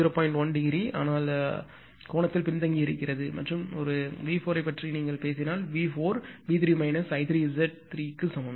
1 ° ஆனால் கோணத்தில் பின்தங்கியிருக்கிறது மற்றும் நீங்கள் ஒரு V4 ஐப் பற்றி பேசினால் V4 V3 I3Z3 க்கு சமம்